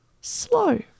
slow